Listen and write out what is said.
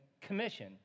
commission